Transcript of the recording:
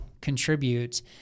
contribute